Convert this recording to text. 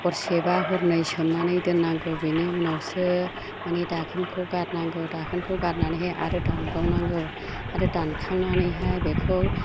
हरसे बा हरनै सोमनानै दोन्नांगौ बेनि उनावसो मानि दाखोनखौ गारनांगौ दाखोनखौ गारनानैहाय आरो दानबावनांगौ आरो दानखांनानैहाय बेखौ